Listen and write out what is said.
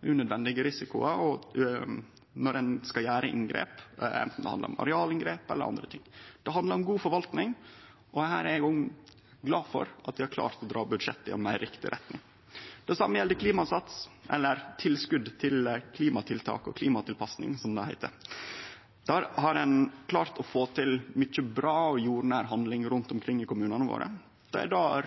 når ein skal gjere inngrep, anten det handlar om arealinngrep eller andre ting. Det handlar om god forvaltning, og her er eg òg glad for at vi har klart å dra budsjettet i ei meir riktig retning. Det same gjeld Klimasats, eller «Tilskot til klimatiltak og klimatilpassing», som det heiter. Der har ein klart å få til mykje bra og jordnær handling rundt omkring i kommunane våre. Det er der